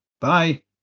Bye